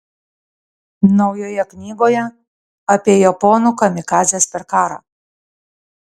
naujoje knygoje apie japonų kamikadzes per karą